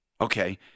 Okay